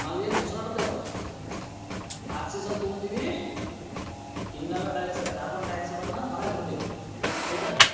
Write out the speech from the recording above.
ನಾವೇನು ಉಸಿರಾಡ್ತೇವಲ್ಲ ಆಕ್ಸಿಜನ್ ತಗೊಳ್ತೀವಿ ಇಂಗಾಲ ಡೈಆಕ್ಸೈಡ್ ಕಾರ್ಬನ್ ಡೈಆಕ್ಸೈಡ್ನ್ನ ಹೊರಗೆ ಬಿಡ್ತಿವಿ ಹೌದಾ